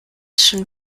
schon